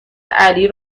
علی